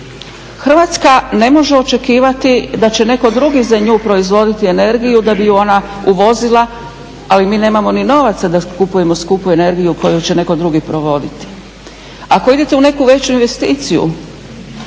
Hrvatska ne može očekivati da će netko drugi za nju proizvoditi energiju da bi ju ona uvozila, ali mi nemamo ni novaca da kupujemo skupu energiju koju će netko drugi provoditi. Ako idete u neku veću investiciju,